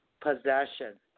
Possession